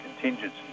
contingency